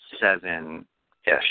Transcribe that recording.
seven-ish